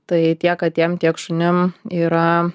tai tiek katėm tiek šunim yra